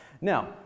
Now